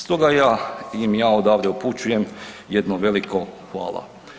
Stoga ja im ja odavde upućujem jedno veliko hvala.